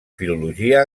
filologia